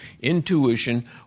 intuition